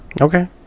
Okay